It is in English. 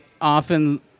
often